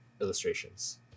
illustrations